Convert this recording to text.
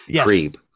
creep